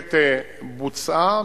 בהחלט בוצעה.